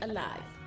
Alive